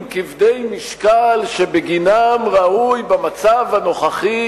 שהאופוזיציה תזעק ותעלה נושאים כבדי משקל שבגינם ראוי במצב הנוכחי